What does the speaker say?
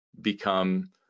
become